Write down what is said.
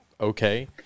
okay